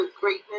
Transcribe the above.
greatness